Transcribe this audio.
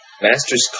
Master's